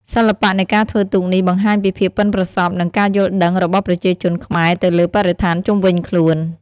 សិល្បៈនៃការធ្វើទូកនេះបង្ហាញពីភាពប៉ិនប្រសប់និងការយល់ដឹងរបស់ប្រជាជនខ្មែរទៅលើបរិស្ថានជុំវិញខ្លួន។